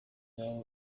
yawe